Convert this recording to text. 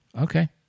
Okay